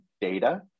data